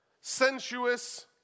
sensuous